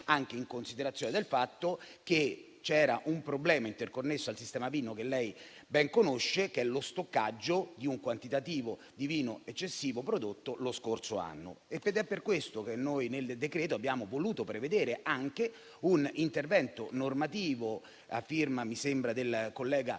anche in considerazione del fatto che c'era un problema interconnesso al sistema vino che lei, senatrice, ben conosce, che è lo stoccaggio di un quantitativo di vino eccessivo prodotto lo scorso anno. È per questo che nel decreto-legge abbiamo voluto prevedere anche un intervento normativo, mi sembra a firma del collega De